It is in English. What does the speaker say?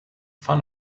found